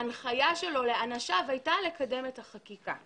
ההנחיה שלו לאנשיו הייתה לקדם את החקיקה.